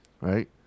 right